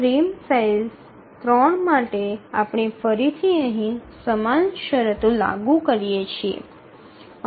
frame size 3 માટે આપણે ફરીથી અહીં સમાન શરતો લાગુ કરીએ છીએ